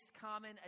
common